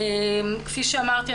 כפי שאמרתי,